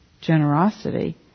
generosity